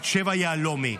בת שבע יהלומי.